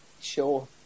sure